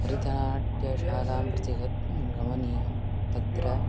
भरतनाट्यशालां प्रति गत् गमनीयं तत्र